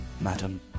madam